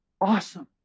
Awesome